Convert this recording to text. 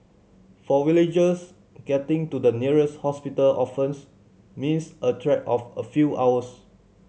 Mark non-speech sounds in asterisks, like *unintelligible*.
for villagers getting to the nearest hospital often *unintelligible* means a trek of a few hours